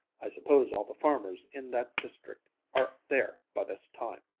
i suppose all the farmers in that district are there by this time.